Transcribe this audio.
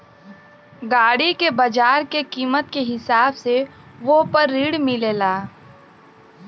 गाड़ी के बाजार के कीमत के हिसाब से वोह पर ऋण मिलेला